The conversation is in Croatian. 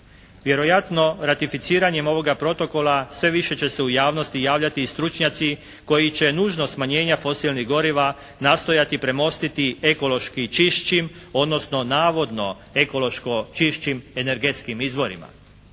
Vjerojatno ratificiranjem ovoga protokola sve više će se u javnosti javljati i stručnjaci koji će nužnost smanjenja fosilnih goriva nastojati premostiti ekološki čišćim, odnosno navodno ekološko čišćim energetskim izvorima.